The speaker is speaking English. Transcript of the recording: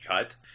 cut